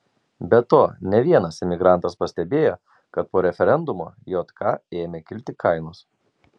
be to ne vienas emigrantas pastebėjo kad po referendumo jk ėmė kilti kainos